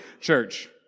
church